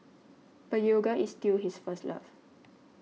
but yoga is still his first love